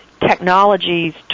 technologies